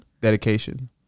dedication